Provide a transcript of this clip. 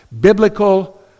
Biblical